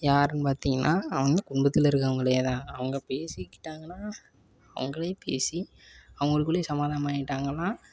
யாருன்னு பார்த்திங்கனா அவங்க குடும்பத்தில் இருக்கிறவங்களே தான் அவங்க பேசிக்கிட்டாங்கன்னால் அவங்களே பேசி அவங்களுக்குள்ளயே சமாதானமாகிட்டாங்கன்னா